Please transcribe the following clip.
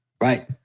Right